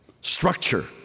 structure